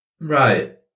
Right